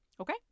okay